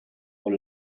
con